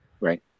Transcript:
Right